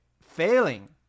Failing